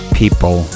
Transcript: people